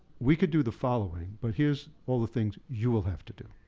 we could do the following, but here's all the things you will have to do.